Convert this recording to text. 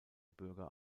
bürger